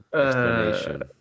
explanation